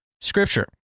scripture